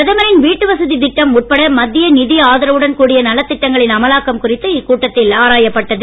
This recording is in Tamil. பிரதமரின் வீட்டு வசதி திட்டம் உட்பட மத்திய நிதி ஆதரவுடன் கூடிய நலத் திட்டங்களின் அமலாக்கம் குறித்து இக்கூட்டத்தில் ஆராயப்பட்டது